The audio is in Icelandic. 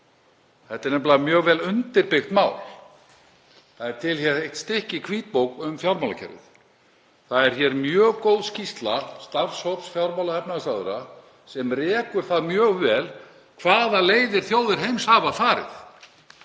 Þetta er nefnilega mjög vel undirbyggt mál. Það er hér til eitt stykki hvítbók um fjármálakerfið. Það er mjög góð skýrsla starfshóps fjármála- og efnahagsráðherra sem rekur það mjög vel hvaða leiðir þjóðir heims hafa farið.